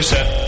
set